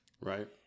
right